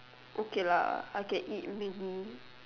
okay lah I can eat maggi